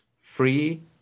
free